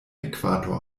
äquator